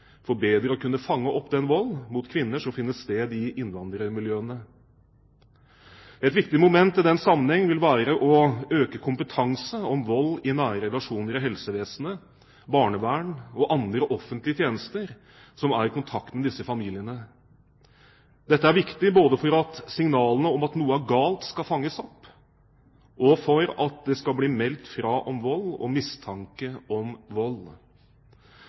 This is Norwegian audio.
for bedre å kunne fange opp den volden mot kvinner som finner sted i innvandrermiljøene. Et viktig moment i den sammenheng vil være å øke kompetansen om vold i nære relasjoner i helsevesenet, barnevernet og andre offentlige tjenester som er i kontakt med disse familiene. Dette er viktig både for at signalene om at noe er galt, skal fanges opp, og for at det skal bli meldt fra om vold og mistanke om vold.